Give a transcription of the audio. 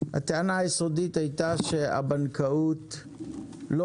הטענה היסודית הייתה שהבנקאות בחברה